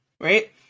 right